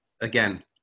again